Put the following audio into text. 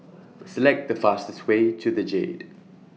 Select The fastest Way to The Jade